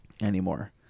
anymore